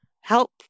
help